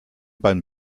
beim